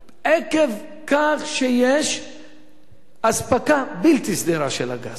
עקב כך שיש אספקה בלתי סדירה של הגז.